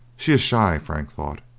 she is shy, frank thought,